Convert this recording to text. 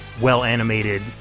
well-animated